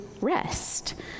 rest